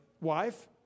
wife